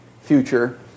future